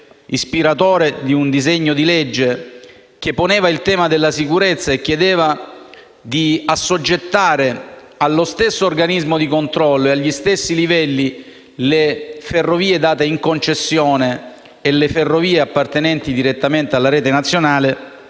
ispiratore di un disegno di legge che poneva il tema della sicurezza e che chiedeva di assoggettare allo stesso organismo di controllo e agli stessi livelli le ferrovie date in concessione e le ferrovie appartenenti direttamente alla rete nazionale;